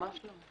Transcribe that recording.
ממש לא.